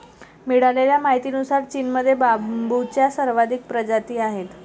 मिळालेल्या माहितीनुसार, चीनमध्ये बांबूच्या सर्वाधिक प्रजाती आहेत